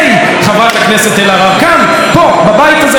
וממובילי, חברת הכנסת אלהרר, כאן, פה, בבית הזה.